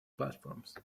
platforms